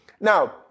Now